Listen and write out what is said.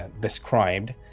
described